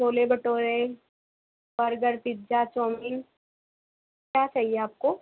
chole bhature burger pizza chowmein क्या चाहिए आपको